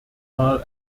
mal